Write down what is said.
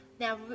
Now